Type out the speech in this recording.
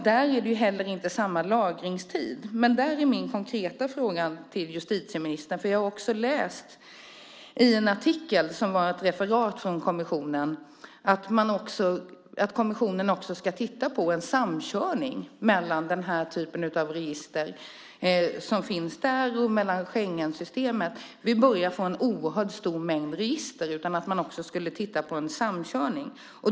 Där är det heller inte samma lagringstid. Där har jag en konkret fråga till justitieministern. Jag har läst en artikel som var ett referat från kommissionen att kommissionen också ska titta på en samkörning mellan den typen av register som finns och Schengensystemet. Vi börjar få en oerhört stor mängd register utan att man också tittar på en samkörning.